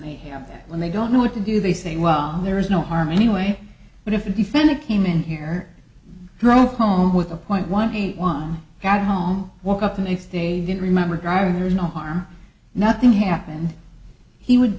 they have that when they don't know what to do they say well there is no harm anyway but if a defendant came in here drove home with a point one eight one got home woke up the next day didn't remember grabbing her no harm nothing happened he would